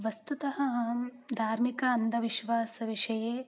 वस्तुतः अहं धार्मिकः अन्धविश्वासविषये